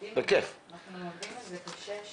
אנחנו עובדים על זה קשה.